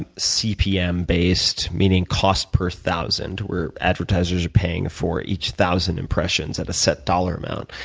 and cpm-based meaning cost per thousand, where advertisers are paying for each thousand impressions at a set dollar amount.